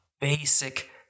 basic